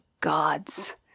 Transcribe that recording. God's